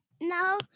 no